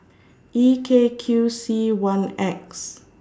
E K Q C one X